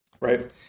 right